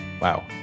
Wow